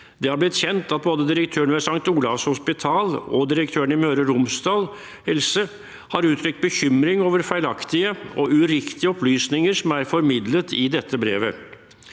Det har blitt kjent at både direktøren ved St. Olavs hospital og direktøren i Helse Møre og Romsdal har uttrykt bekymring over feilaktige og uriktige opplysninger som er formidlet i dette brevet.